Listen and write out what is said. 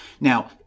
Now